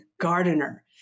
gardener